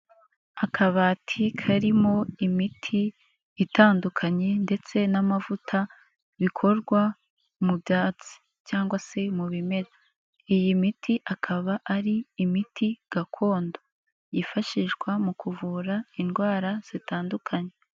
Akabati karimo imiti itandukanye ndetse n'amavuta bikorwa mu byatsi cyangwa se mu bimera. Iyi miti akaba ari imiti gakondo, yifashishwa mu kuvura indwara zitandukanye.